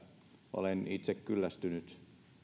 olen itse kyllästynyt